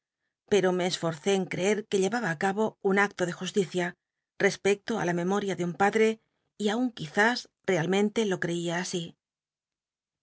pero me esforcé en creer que llevaba i cabo un acto de justicia respecto i la mcmoria ele un padre y aun quizüs reahnente lo creía así